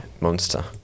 monster